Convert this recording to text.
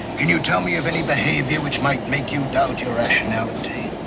can you tell me of any behavior which might make you doubt your rationality?